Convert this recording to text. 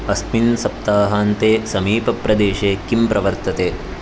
अस्मिन् सप्ताहान्ते समीपप्रदेशे किम् प्रवर्तते